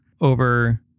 over